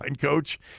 coach